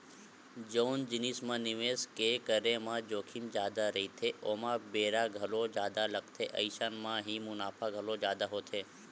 जउन जिनिस म निवेस के करे म जोखिम जादा रहिथे ओमा बेरा घलो जादा लगथे अइसन म ही मुनाफा घलो जादा होथे